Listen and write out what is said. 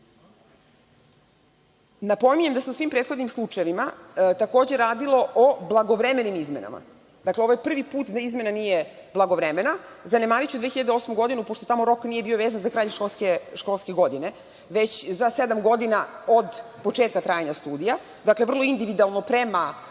zakonu. Napominjem da se u svim prethodnim slučajevima takođe radilo o blagovremenim izmenama. Ovo je prvi put da izmena nije blagovremena. Zanemariću 2008. godinu pošto tamo rok nije bio vezan za kraj školske godine, već za sedam godina od početka trajanja studija. Dakle, vrlo individualno prema